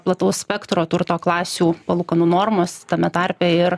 plataus spektro turto klasių palūkanų normos tame tarpe ir